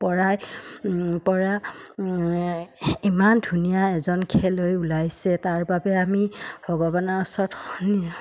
পৰাই পৰা ইমান ধুনীয়া এজন খেলুৱৈ ওলাইছে তাৰ বাবে আমি ভগৱানৰ ওচৰত